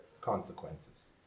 consequences